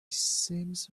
seems